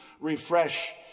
refresh